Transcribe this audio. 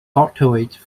doctorate